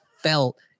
felt